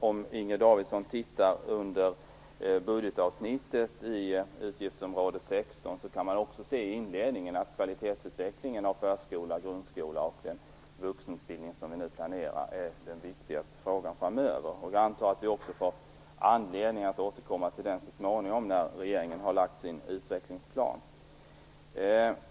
Om Inger Davidson tittar i budgetavsnittet under utgiftsområde 16 kan hon se i inledningen att kvalitetsutvecklingen av förskola, grundskola och den vuxenutbildning som vi nu planerar är den viktigaste frågan framöver. Jag antar att vi också får anledning att återkomma till den så småningom när regeringen har lagt fram sin utvecklingsplan.